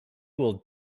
will